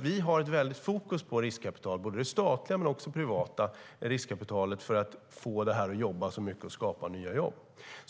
Vi har alltså ett väldigt fokus på både det statliga och det privata riskkapitalet för att få det att jobba mycket och skapa nya jobb.